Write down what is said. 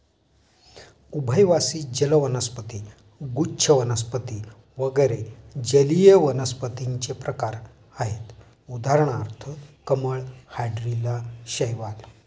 उभयवासी जल वनस्पती, गुच्छ वनस्पती वगैरे जलीय वनस्पतींचे प्रकार आहेत उदाहरणार्थ कमळ, हायड्रीला, शैवाल